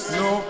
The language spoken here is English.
no